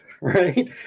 right